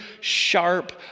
sharp